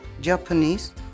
Japanese